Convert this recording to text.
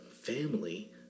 family